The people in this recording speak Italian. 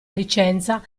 licenza